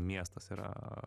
miestas yra